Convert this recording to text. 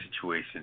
situation